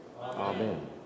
Amen